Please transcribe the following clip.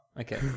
okay